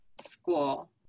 school